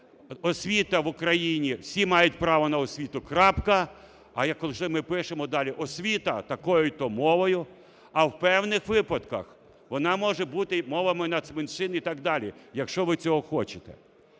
Освіта в Україні, всі мають право на освіту – крапка, а як лише ми пишемо далі освіта такою-то мовою, а в певних випадках вона може бути мовами нацменшин і так далі, якщо ви цього хочете,